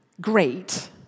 great